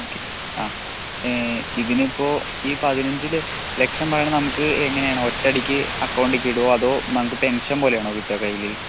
okay ആ ഇപ്പോൾ ഈ പതിനഞ്ചില് ലക്ഷമെന്ന് പറയുമ്പോൾ നമുക്ക് എങ്ങനെയാണ് ഒറ്റയടിക്ക് അക്കൗണ്ട്ക്ക് ഇടുവോ അതോ നമുക്ക് പെൻഷൻ പോലെയാണോ കിട്ടുവ കയ്യില്